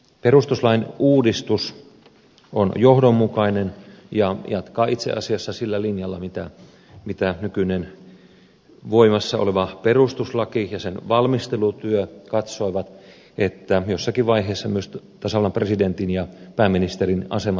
perustuslain uudistus on johdonmukainen ja jatkaa itse asiassa sillä linjalla mitä nykyinen voimassa oleva perustuslaki ja sen valmistelutyö katsoivat että jossakin vaiheessa myös tasavallan presidentin ja pääministerin asema tulee selkiyttää